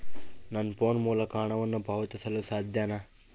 ನನ್ನ ಫೋನ್ ಮೂಲಕ ಹಣವನ್ನು ಪಾವತಿಸಲು ಸಾಧ್ಯನಾ?